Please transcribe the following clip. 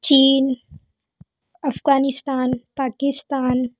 चीन अफ़ग़ानिस्तान पाकिस्तान